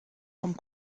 vom